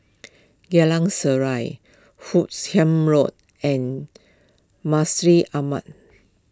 Geylang Serai Hoot Kiam Road and Masjid Ahmad